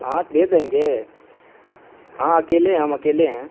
ہاں تو دے دیں گے ہاں اکیلے ہیں ہم اکیلے ہیں